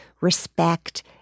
respect